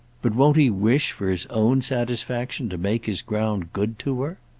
but won't he wish for his own satisfaction to make his ground good to her?